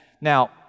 Now